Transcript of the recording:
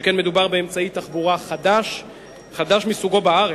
שכן מדובר באמצעי תחבורה חדש מסוגו בארץ.